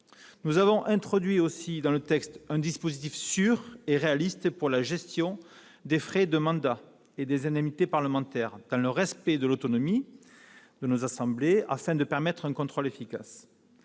Nous avons introduit dans le texte un dispositif sûr et réaliste pour la gestion des frais de mandats et des indemnités parlementaires, dans le respect de l'autonomie des assemblées, afin de permettre un contrôle efficace.